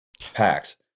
packs